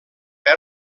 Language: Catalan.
que